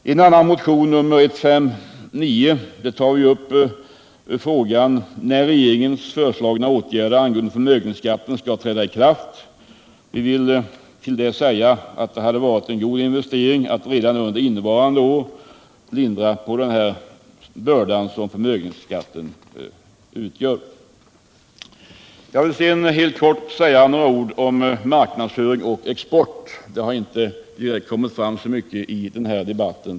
I en annan motion, nr 159, tar vi upp frågan om när regeringens föreslagna åtgärder angående förmögenhetsskatten skall träda i kraft. Till detta vill jag säga att det hade varit en investering att redan under innevarande år lindra den börda som förmögenhetsskatten utgör. Jag vill sedan helt kort säga några ord om marknadsföring och export, som inte kommit fram i den tidigare förda debatten.